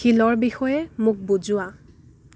শিলৰ বিষয়ে মোক বুজোৱা